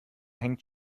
hängt